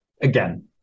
again